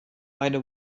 eine